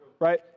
right